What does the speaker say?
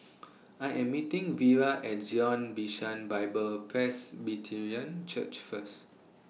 I Am meeting Vira At Zion Bishan Bible Presbyterian Church First